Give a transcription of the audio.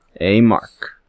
A-mark